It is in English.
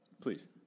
Please